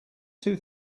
two